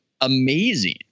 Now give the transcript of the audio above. amazing